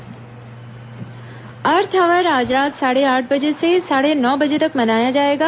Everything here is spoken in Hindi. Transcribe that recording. अर्थ ऑवर अर्थ ऑवर आज रात साढ़े आठ बजे से साढ़े नौ बजे तक मनाया जाएगा